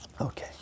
Okay